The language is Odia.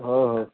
ହଉ ହଉ